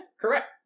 Correct